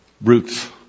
roots